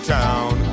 town